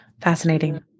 Fascinating